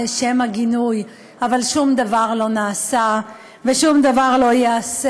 לשם הגינוי אבל שום דבר לא נעשה ושום דבר לא ייעשה,